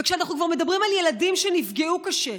וכשאנחנו כבר מדברים על ילדים שנפגעו קשה,